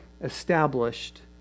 established